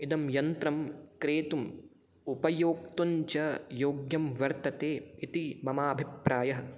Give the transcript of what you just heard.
इदं यन्त्रं क्रेतुं उपयोक्तुञ्च योग्यं वर्तते इति मम अभिप्रायः